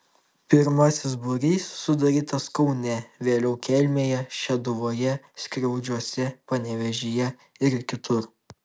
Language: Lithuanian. pirmasis būrys sudarytas kaune vėliau kelmėje šeduvoje skriaudžiuose panevėžyje ir kitur